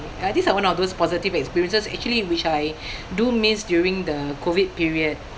uh these are one of those positive experiences actually which I do miss during the COVID period